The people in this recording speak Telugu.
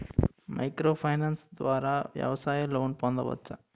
మైక్రో ఫైనాన్స్ ద్వారా వ్యవసాయ లోన్ పొందవచ్చా?